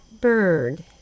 bird